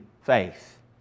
faith